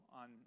on